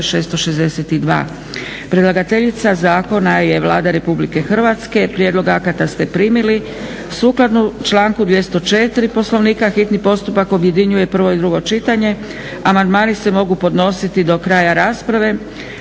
662 Predlagateljica zakona je Vlada RH. Prijedlog akata ste primili. Sukladno članku 204. Poslovnika, hitni postupak objedinjuje prvo i drugo čitanje. Amandmani se mogu podnositi do kraja rasprave.